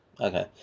okay